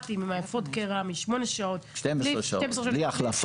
ששמונה שעות עם אפוד קרמי -- 12 שעות, בלי החלפה.